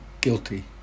guilty